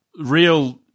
real